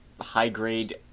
high-grade